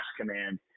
command